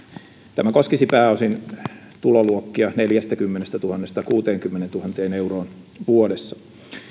tämä koskisi pääosin tuloluokkia neljästäkymmenestätuhannesta kuuteenkymmeneentuhanteen euroon vuodessa